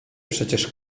przecież